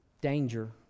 danger